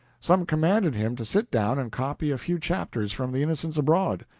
some commanded him to sit down and copy a few chapters from the innocents abroad.